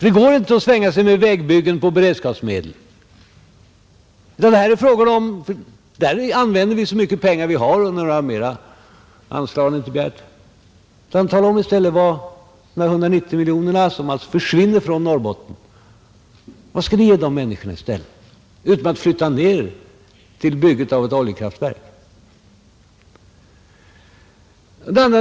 Det går inte att svänga sig med vägbyggen på beredskapsmedel — där använder vi så mycket pengar vi har, och några mera anslag har inte begärts. Tala i stället om vad ni skall ge dessa människor i stället för de 190 miljonerna, som alltså försvinner från Norrbotten, utom att flytta ner dem till bygget av ett oljekraftverk.